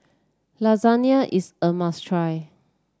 Lasagne is a must try